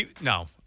No